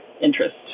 interest